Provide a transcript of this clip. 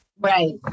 Right